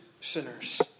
sinners